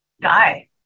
die